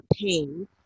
pain